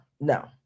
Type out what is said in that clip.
no